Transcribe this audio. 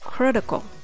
Critical